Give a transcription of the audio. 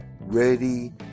ready